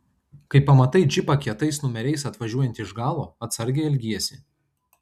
kai pamatai džipą kietais numeriais atvažiuojantį iš galo atsargiai elgiesi